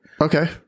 Okay